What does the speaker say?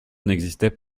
n’existaient